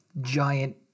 giant